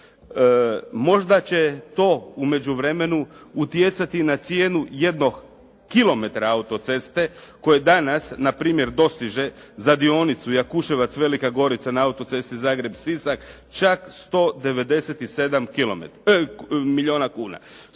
možda će to u međuvremenu utjecati na cijenu jednog kilometra autoceste koji danas npr. dostiže za dionicu Jakuševac-Velika Gorica na autocesti Zagreb-Sisak čak 197 milijuna kuna